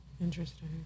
Interesting